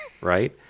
right